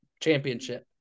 championship